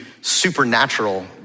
supernatural